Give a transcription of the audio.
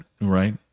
right